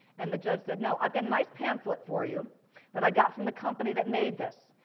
and the judge said, no, i've got a nice pamphlet for you that i got from the company that made this,